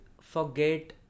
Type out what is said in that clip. forget